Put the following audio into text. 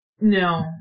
No